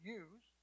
use